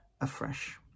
afresh